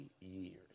years